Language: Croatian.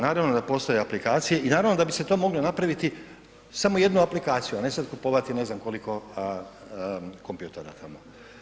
Naravno da postoje aplikacije i naravno da bi se to moglo napraviti samo jednu aplikaciju, a ne sada kupovati ne znam koliko kompjutora tamo.